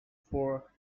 four